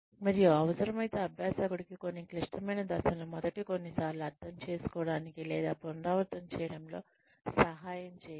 మరియు అవసరమైతే అభ్యాసకుడికి కొన్ని క్లిష్టమైన దశలను మొదటి కొన్ని సార్లు అర్థం చేసుకోవడానికి లేదా పునరావృతం చేయడంలో సహాయపడండి